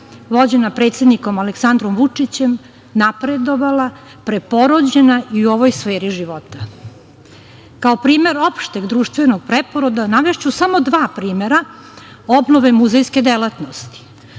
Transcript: vođena predsednikom Aleksandrom Vučićem, napredovala, preporođena i u ovoj sferi života. Kao primer opšteg društvenog preporoda navešću samo dva primera obnove muzejske delatnosti.